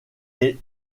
est